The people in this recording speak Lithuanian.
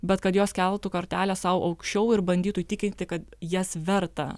bet kad jos keltų kartelę sau aukščiau ir bandytų įtikinti kad jas verta